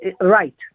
Right